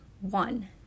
one